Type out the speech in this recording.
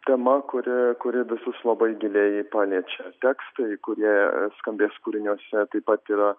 tema kuri kuri visus labai giliai paliečia tekstai kurie skambės kūriniuose taip pat yra